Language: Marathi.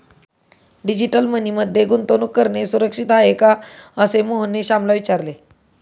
डिजिटल मनी मध्ये गुंतवणूक करणे सुरक्षित आहे का, असे मोहनने श्यामला विचारले